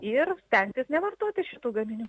ir stengtis nevartoti šitų gaminių